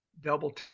double